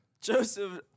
Joseph